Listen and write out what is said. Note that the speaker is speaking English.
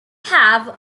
have